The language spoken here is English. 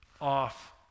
off